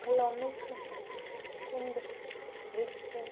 colonic ਕੁੰਡ ਵਿੱਚ